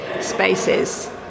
spaces